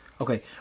Okay